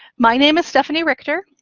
my name is stephanie richter.